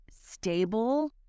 stable